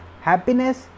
happiness